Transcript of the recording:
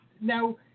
Now